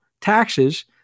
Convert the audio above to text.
taxes